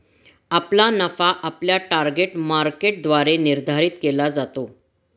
आपला नफा आपल्या टार्गेट मार्केटद्वारे निर्धारित केला जातो